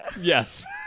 yes